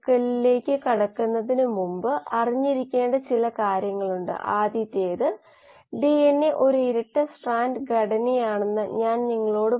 oxygen ഉപയോഗിക്കുമ്പോൾ fluorescence ഒരു നിശ്ചിത നിലയിലായിരുന്നു നൈട്രജൻ അവതരിപ്പിക്കുമ്പോൾ നിമിഷങ്ങൾക്കകം ഒരു നിശ്ചിത തലത്തിൽ കൾച്ചർ ഫ്ലൂറസെൻസ് കിട്ടും